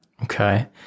Okay